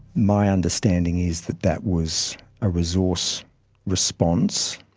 my understanding is that that was a resource response.